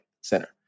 Center